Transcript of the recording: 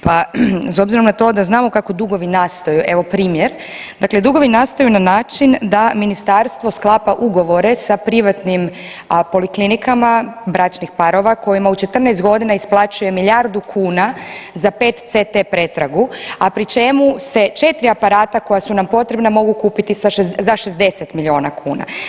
Pa s obzirom na to da znamo kako dugovi nastaju, evo primjer, dakle dugovi nastaju na način da ministarstvo sklapa ugovore sa privatnim poliklinikama bračnih parova kojima u 14 godina isplaćuje milijardu kuna za PETCT pretragu, a pri čemu se 4 aparata koja su nam potrebna mogu kupiti za 60 miliona kuna.